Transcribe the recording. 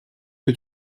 que